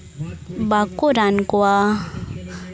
ᱵᱟᱠᱚ ᱨᱟᱱ ᱠᱚᱣᱟ